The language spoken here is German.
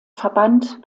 verband